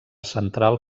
central